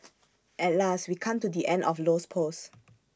at last we come to the end of Low's post